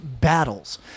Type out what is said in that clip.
battles